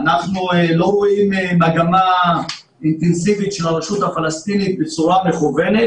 אנחנו לא רואים מגמה אינטנסיבית של הרשות הפלסטינית בצורה מכוונת,